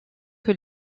que